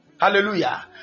Hallelujah